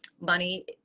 Money